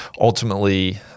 ultimately